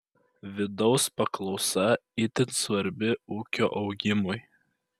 vidaus paklausa itin svarbi ūkio augimui